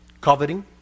coveting